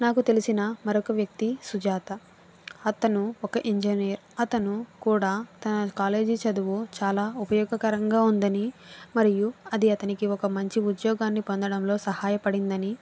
నాకు తెలిసిన మరొక వ్యక్తి సుజాత అతను ఒక ఇంజనీర్ అతను కూడా తన కాలేజీ చదువు చాలా ఉపయోగకరంగా ఉంది అని మరియు అది అతనికి ఒక మంచి ఉద్యోగాన్ని పొందడంలో సహాయపడింది అని